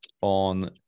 on